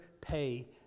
pay